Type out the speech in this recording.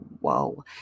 Whoa